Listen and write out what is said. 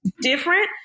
different